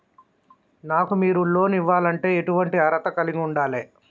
నాకు మీరు లోన్ ఇవ్వాలంటే ఎటువంటి అర్హత కలిగి వుండాలే?